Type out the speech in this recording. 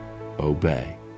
obey